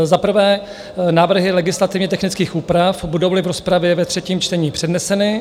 Za prvé návrhy legislativně technických úprav, budouli v rozpravě ve třetím čtení předneseny.